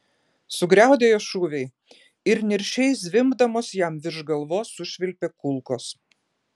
sugriaudėjo šūviai ir niršiai zvimbdamos jam virš galvos sušvilpė kulkos